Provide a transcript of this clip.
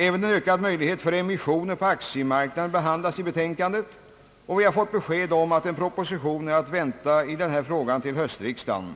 även en ökad möjlighet för emissioner på aktiemarknaden behandlas i betänkandet, och vi har fått besked om att en proposition är att vänta i denna fråga till höstriksdagen.